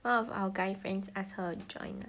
one of our guy friends ask her join [de]